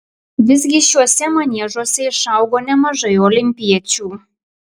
visgi šiuose maniežuose išaugo nemažai olimpiečių